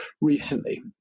recently